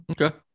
Okay